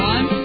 One